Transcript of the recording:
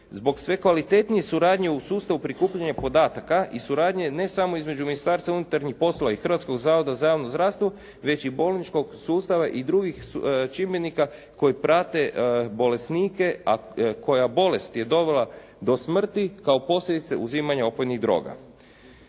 zbog sve kvalitetnije suradnje u sustavu prikupljanja podataka i suradnje ne samo između Ministarstva unutarnjih poslova i Hrvatskog zavoda za javno zdravstvo već i bolničkog sustava i drugih čimbenika koji prate bolesnike, a koja bolest je dovela do smrti kao posljedice uzimanja opojnih droga.